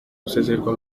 gusezererwa